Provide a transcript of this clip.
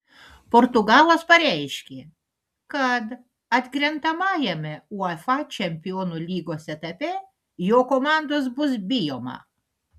portugalas pareiškė kad atkrentamajame uefa čempionų lygos etape jo komandos bus bijoma